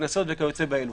קנסות וכיוצא באלו.